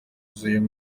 z’uyu